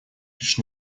лишь